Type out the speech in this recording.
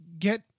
Get